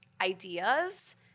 ideas